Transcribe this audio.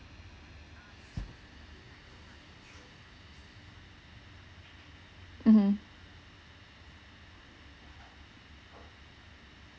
mmhmm